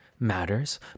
matters